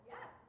Yes